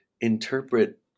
interpret